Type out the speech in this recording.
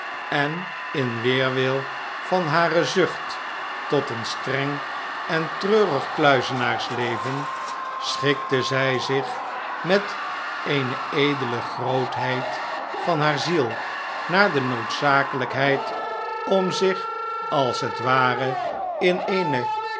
en in weerwil van hare zucht tot een strong en treurig kluizenaars leven schikte zij zich met eene edele grootheid van ziel naar de noodzakelh'kheid om zich als het ware in eene